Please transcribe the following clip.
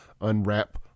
unwrap